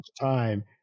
time